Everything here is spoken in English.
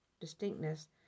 distinctness